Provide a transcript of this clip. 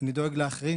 לדאוג לאחרים,